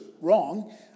wrong